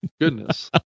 goodness